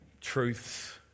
truths